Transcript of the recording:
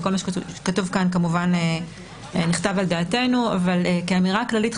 וכל מה שכתוב פה כמובן נכתב על דעתנו חשוב